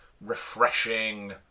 refreshing